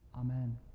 Amen